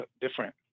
different